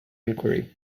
inquiry